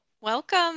Welcome